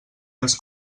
els